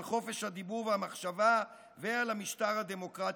על חופש הדיבור והמחשבה ועל המשטר הדמוקרטי",